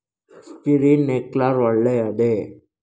Sprinkler ಒಳ್ಳೇದೇ?